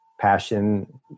passion